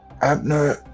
Abner